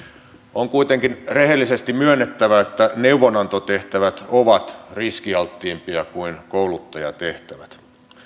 on kuitenkin rehellisesti myönnettävä että neuvonantotehtävät ovat riskialttiimpia kuin kouluttajatehtävät